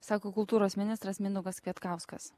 sako kultūros ministras mindaugas kvietkauskas